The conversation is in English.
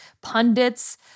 pundits